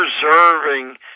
preserving